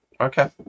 Okay